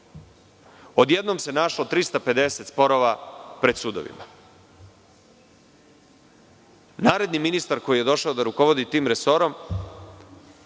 Odjednom se našlo 350 sporova pred sudovima. Naredni ministar koji je došao da rukovodi tim resorom